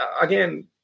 again